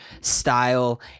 style